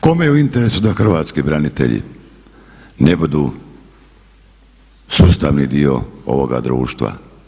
Kome je u interesu da hrvatski branitelji ne budu sustavni dio ovoga društva?